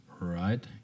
Right